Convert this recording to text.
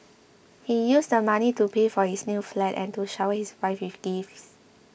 he used the money to pay for his new flat and to shower his wife with gifts